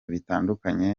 bitandukanye